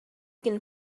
can